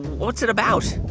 what's it about?